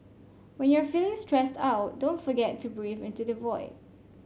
when you are feeling stressed out don't forget to breathe into the void